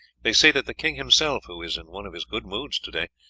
they say that the king himself, who is in one of his good moods to-day,